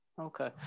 Okay